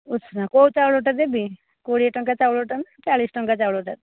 ଉଷୁନା କେଉଁ ଚାଉଳଟା ଦେବି କୋଡ଼ିଏ ଟଙ୍କା ଚାଉଳଟା ନା ଚାଳିଶ ଟଙ୍କିଆ ଚାଉଳଟା